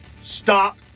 Stop